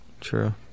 True